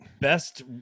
Best